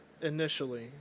initially